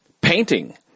painting